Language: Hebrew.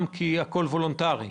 כי הכול וולונטרי.